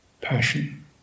Passion